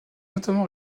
notamment